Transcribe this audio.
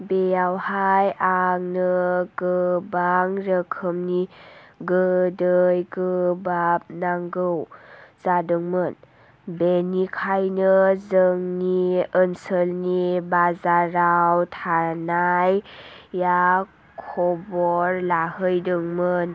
बेयावहाय आंनो गोबां रोखोमनि गोदै गोबाब नांगौ जादोंमोन बेनिखायनो जोंनि ओनसोलनि बाजाराव थानाय या खबर लाहैदोंमोन